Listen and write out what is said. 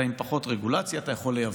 אתה עם פחות רגולציה, אתה יכול לייבא.